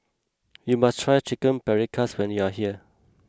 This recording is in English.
you must try Chicken Paprikas when you are here